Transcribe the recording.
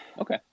Okay